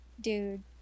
dude